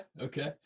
Okay